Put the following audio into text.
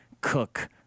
Cook